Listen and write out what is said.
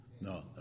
no